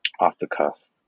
off-the-cuff